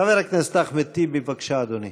חבר הכנסת אחמד טיבי, בבקשה, אדוני.